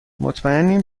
مطمیئنم